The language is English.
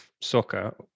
soccer